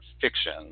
fiction